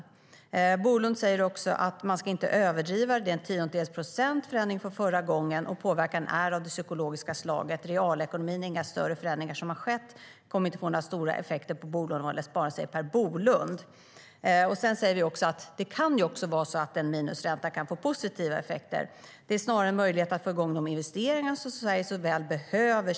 Per Bolund säger också att man inte ska överdriva en förändring på en tiondels procent och att påverkan är av det psykologiska slaget. Det är inga större förändringar som har skett i realekonomin. De kommer inte att ha några stora effekter på bolån eller sparande. Sedan säger vi också att det ju kan vara så att en minusränta kan få positiva effekter. Det ger snarare en möjlighet att få igång de investeringar som Sverige så väl behöver.